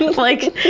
like,